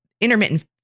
intermittent